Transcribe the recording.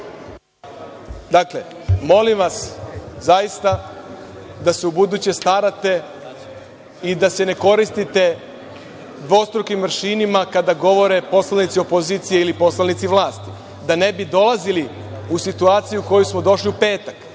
Dakle, molim vas, zaista, da se ubuduće starate i da se ne koristite dvostrukim aršinima kada govore poslanici opozicije ili poslanici vlasti, da ne bi dolazili u situaciju u koju smo došli u petak.